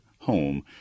home